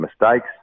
mistakes